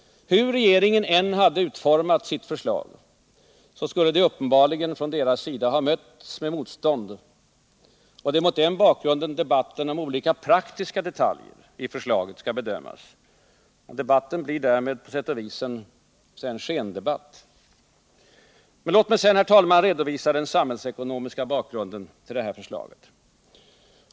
Hur regeringen än hade utformat sitt förslag, skulle det uppenbarligen ha mötts med motstånd från socialdemokraternas sida. Det är mot den bakgrunden som debatten om olika praktiska detaljer i förslaget skall bedömas. Debatten blir därmed på sätt och vis en skendebatt. Men låt mig sedan, herr talman, redovisa den samhällsekonomiska bakgrunden till det här förslaget.